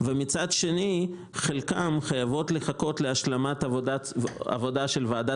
וגם חלקן חייבות לחכות להשלמת עבודה של ועדה